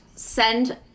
send